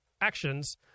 actions